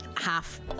half